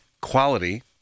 quality